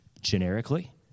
generically